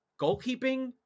goalkeeping